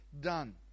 done